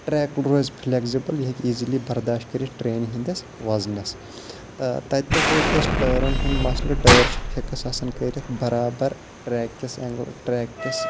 track روزِ flexible یہِ ہیٚکہِ ایٖزِلی برداش کٔرِتھ ٹرٛینہِ ہِنٛدِس وَزنَس تہٕ تَتہِ پٮ۪ٹھ روٗدۍ اَسہِ ٹٲرَن ہُنٛد مَسلہٕ ٹٲر چھِ فِکٕس آسان کٔرِتھ بَرابَر ٹرٛیک کِس ٹرٛیک کِس